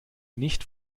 nicht